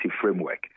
framework